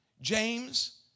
James